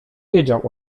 wiedział